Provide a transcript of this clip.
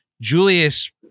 Julius